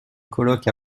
colloque